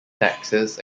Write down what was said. taxes